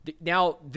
now